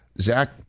Zach